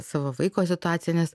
savo vaiko situaciją nes